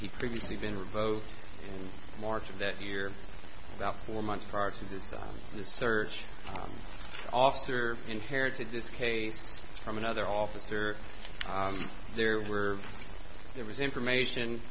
he previously been revote in march of that year about four months prior to this this search officer inherited this case from another officer there were there was information